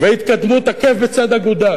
והתקדמות עקב בצד אגודל